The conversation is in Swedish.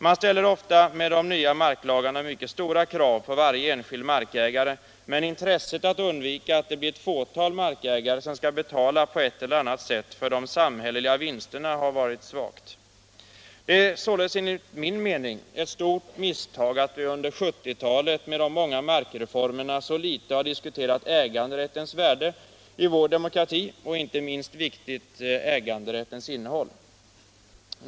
Man ställer ofta med de nya marklagarna mycket stora krav på varje enskild markägare, men intresset för att undvika att det blir ett fåtal markägare som skall betala på ett eller annat sätt för de samhälleliga vinsterna har varit svagt. Det är således enligt min mening ett stort misstag att vi under 1970-talet med de många markreformerna så litet har diskuterat äganderättens värde i vår demokrati och, inte minst viktigt, äganderättens innehåll.